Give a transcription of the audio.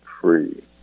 free